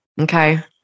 Okay